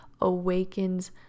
awakens